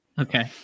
Okay